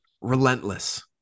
Relentless